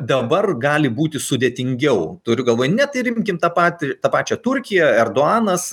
dabar gali būti sudėtingiau turi galvoj net ir imkim tą patį tą pačią turkiją erdoganas